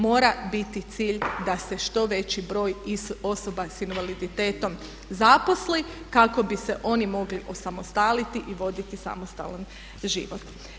Mora biti cilj da se što veći broj osoba s invaliditetom zaposli kako bi se oni mogli osamostaliti i voditi samostalna život.